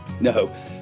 No